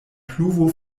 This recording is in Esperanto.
pluvo